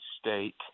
state